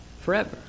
forever